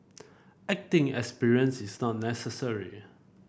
acting experience is not necessary